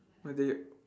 what day